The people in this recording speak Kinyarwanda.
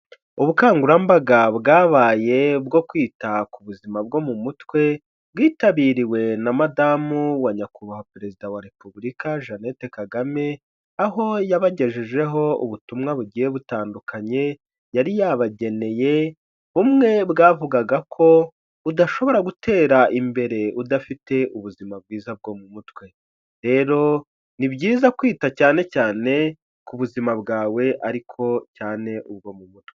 Ubukangurambaga bwabaye bwo kwita ku buzima bwo mu mutwe, bwitabiriwe na Madamu wa Nyakubahwa Perezida wa Repubulika Jeannette Kagame aho yabagejejeho ubutumwa bugiye butandukanye yari yabageneye, bumwe bwavugaga ko udashobora gutera imbere udafite ubuzima bwiza bwo mu mutwe, rero ni byiza kwita cyane cyane ku buzima bwawe ariko cyane ubwo mu mutwe.